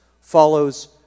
follows